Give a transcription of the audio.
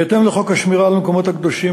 בהתאם לחוק השמירה על המקומות הקדושים,